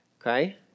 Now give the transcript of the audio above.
Okay